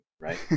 Right